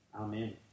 Amen